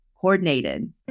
coordinated